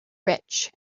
rich